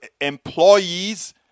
employees